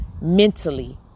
mentally